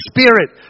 Spirit